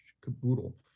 caboodle